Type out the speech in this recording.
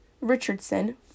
richardson